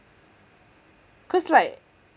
cause like